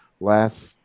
last